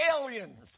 aliens